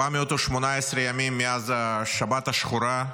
418 ימים מאז השבת השחורה,